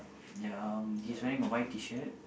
ya um he's wearing a white Tshirt